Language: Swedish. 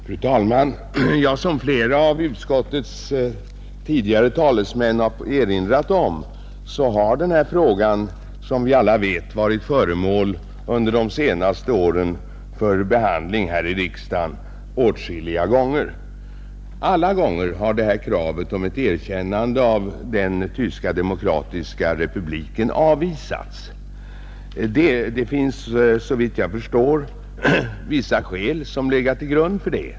Fru talman! Som flera av utskottets tidigare talesmän erinrat om, och som vi alla vet har denna fråga varit föremål för behandling här i riksdagen åtskilliga gånger under de senaste åren. Varje gång har kravet om ett erkännande av Tyska demokratiska republiken avvisats, Det är såvitt jag förstår vissa skäl som legat till grund för det.